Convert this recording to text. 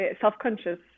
self-conscious